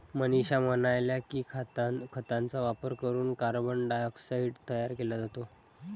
मनीषा म्हणाल्या की, खतांचा वापर करून कार्बन डायऑक्साईड तयार केला जातो